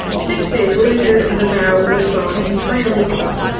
six days later, and the bow was sawn entirely off.